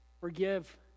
Forgive